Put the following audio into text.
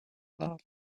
love